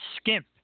skimp